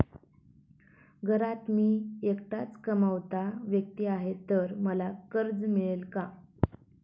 घरात मी एकटाच कमावता व्यक्ती आहे तर मला कर्ज मिळेल का?